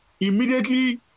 immediately